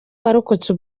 warokotse